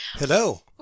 Hello